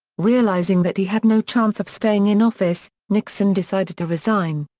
realizing that he had no chance of staying in office, nixon decided to resign.